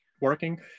working